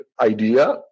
idea